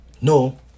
no